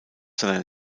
seiner